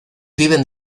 viven